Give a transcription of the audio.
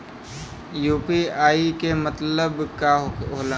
UPI के मतलब का होला?